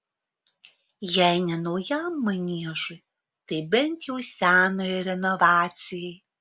jei ne naujam maniežui tai bent jau senojo renovacijai